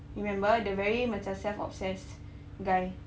remember the very macam self-obsessed guy